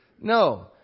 No